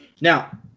now